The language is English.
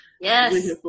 yes